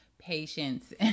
patience